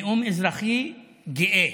נאום אזרחי גאה,